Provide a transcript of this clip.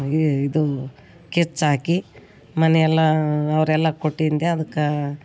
ಇದು ಕೆಚ್ ಹಾಕಿ ಮನೆ ಎಲ್ಲ ಅವರೆಲ್ಲ ಕೊಟ್ಟಿಂದೆ ಅದ್ಕೆ